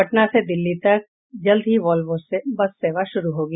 पटना से दिल्ली तक जल्द ही वॉल्वो बस सेवा शुरू होगी